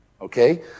Okay